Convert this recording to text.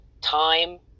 time